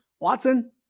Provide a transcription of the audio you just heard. Watson